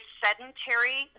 sedentary